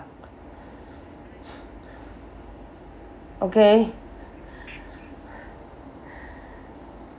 okay